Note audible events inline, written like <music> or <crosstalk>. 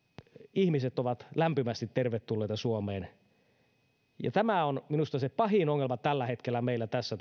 ihmiset ovat lämpimästi tervetulleita suomeen ja tämä kohtaanto ongelma on minusta se pahin ongelma tällä hetkellä meillä tässä <unintelligible>